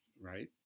Right